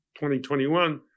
2021